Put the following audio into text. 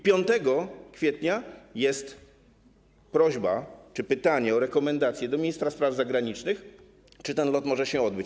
5 kwietnia jest prośba, czy pytanie, o rekomendacje do ministra spraw zagranicznych, czy ten lot może się odbyć.